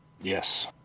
yes